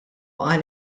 qal